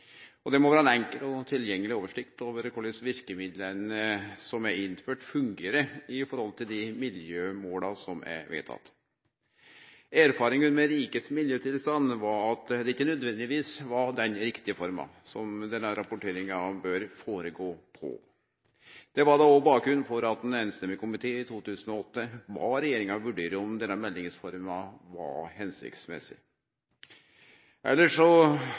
Det må vere ei enkel og tilgjengeleg oversikt over korleis dei verkemidla som er innførte, fungerer i forhold til dei miljømåla som er vedtekne. Erfaringane med rikets miljøtilstand var at dette ikkje nødvendigvis var den riktige forma for rapporteringa. Det var òg bakgrunnen for at ein samrøystes komité i 2008 bad regjeringa vurdere om denne meldingsforma var